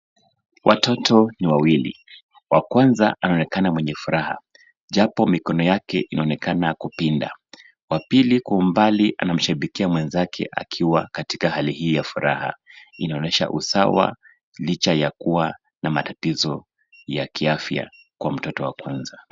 Watoto ni wawili. Wa kwanza anaonekana mwenye furaha japo mikono yake inaonekana kupinda. Wa pili kwa umbali anamshabikia mwenzake akiwa katika hali hii ya furaha. Inaonyesha usawa licha ya kuwa na matatizo ya kiafya kwa mtoto wa kwanza.